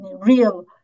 real